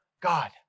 God